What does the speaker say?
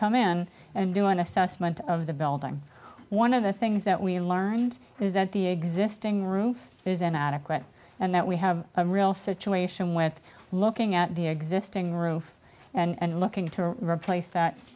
come in and do an assessment of the building one of the things that we learned is that the existing roof is an adequate and that we have a real situation with looking at the existing roof and looking to replace th